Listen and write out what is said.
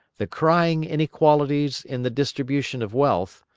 the crying inequalities in the distribution of wealth,